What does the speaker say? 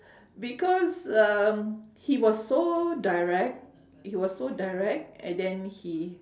because um he was so direct he was so direct and then he